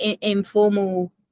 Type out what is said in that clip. informal